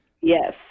Yes